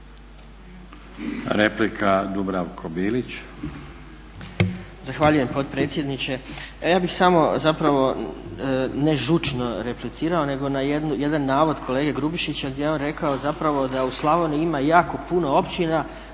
Replika, Dubravko Bilić.